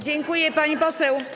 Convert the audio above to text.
Dziękuję, pani poseł.